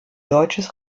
deutsches